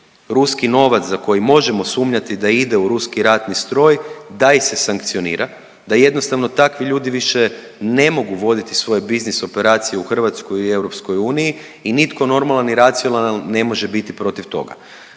ruski novac za koji možemo sumnjati da ide u ruski ratni stroj da ih se sankcionira, da jednostavno takvi ljudi više ne mogu voditi svoje biznis operacije u Hrvatskoj i u EU i nitko normalan i racionalan ne može biti protiv toga.